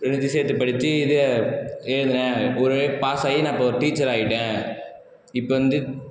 ரெண்டுத்தையும் சேர்த்து படிச்சு இது எழுதினேன் ஒரு வழியாக பாஸ் ஆயி நான் இப்போது டீச்சர் ஆகிட்டேன் இப்போது வந்து